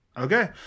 Okay